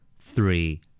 Three